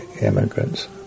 immigrants